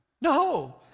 no